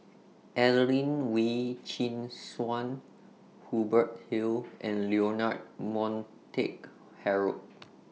Adelene Wee Chin Suan Hubert Hill and Leonard Montague Harrod